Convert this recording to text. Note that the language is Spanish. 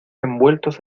envueltos